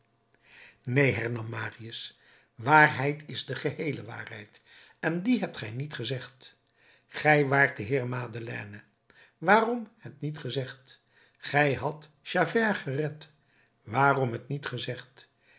neen hernam marius waarheid is de geheele waarheid en die hebt gij niet gezegd gij waart de heer madeleine waarom het niet gezegd gij hadt javert gered waarom het niet gezegd